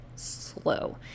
slow